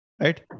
right